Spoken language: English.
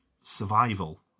survival